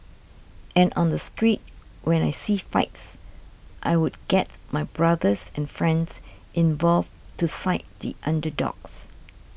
and on the street when I see fights I would get my brothers and friends involved to side the underdogs